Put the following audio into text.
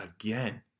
again